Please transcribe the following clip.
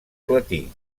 platí